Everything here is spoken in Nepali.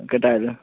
केटाहरू